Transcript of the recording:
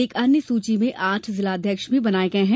एक अन्य सूची में आठ जिलाध्यक्ष भी बनाये गये हैं